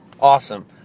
Awesome